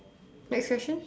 next question